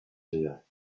here